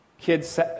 Kids